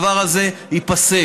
הדבר הזה ייפסק,